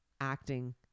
acting